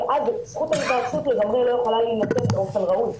כי אז זכות ההיוועצות לא יכולה להינתן באופן רהוט.